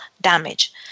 damage